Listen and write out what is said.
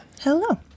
Hello